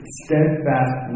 steadfast